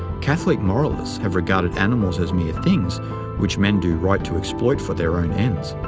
catholic moralists have regarded animals as mere things which men do right to exploit for their own ends.